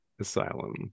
asylum